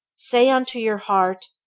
say unto your heart,